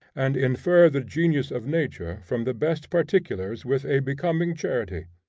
and infer the genius of nature from the best particulars with a becoming charity.